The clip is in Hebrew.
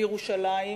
בירושלים,